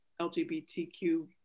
LGBTQ